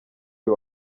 uyu